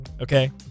okay